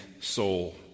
soul